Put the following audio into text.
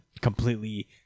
completely